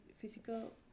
physical